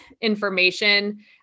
information